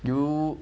you